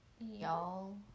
Y'all